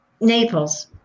Naples